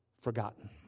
forgotten